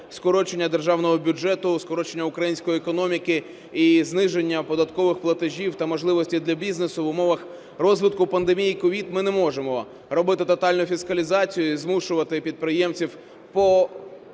скорочення державного бюджету, скорочення української економіки і зниження податкових платежів та можливостей для бізнесу, в умовах розвитку пандемії COVID, ми не можемо робити тотальну фіскалізацію і змушувати підприємців по